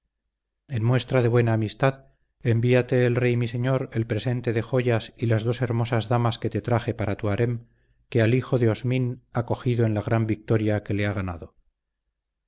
en muestra de buena amistad envíate el rey mi señor el presente de joyas y las dos hermosas damas que te traje para tu harem que al hijo de osmín ha cogido en la gran victoria que le ha ganado